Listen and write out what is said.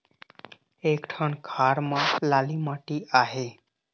एक ठन खार म लाली माटी आहे?